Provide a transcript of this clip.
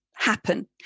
happen